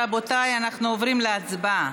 רבותיי, אנחנו עוברים להצבעה.